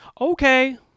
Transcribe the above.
okay